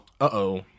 uh-oh